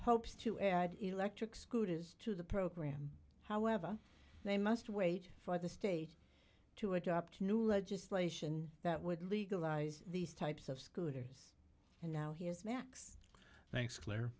hopes to add electric scooters to the program however they must wait for the state to adopt new legislation that would legalize these types of scooters and now he is max thanks claire